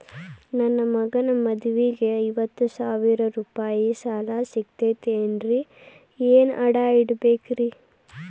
ನನ್ನ ಮಗನ ಮದುವಿಗೆ ಐವತ್ತು ಸಾವಿರ ರೂಪಾಯಿ ಸಾಲ ಸಿಗತೈತೇನ್ರೇ ಏನ್ ಅಡ ಇಡಬೇಕ್ರಿ?